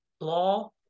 law